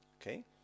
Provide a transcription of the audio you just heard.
Okay